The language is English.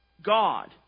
God